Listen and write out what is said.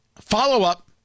Follow-up